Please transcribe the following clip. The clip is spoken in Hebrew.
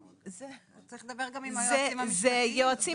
צריך לדבר עם היועצים המשפטיים.